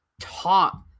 taught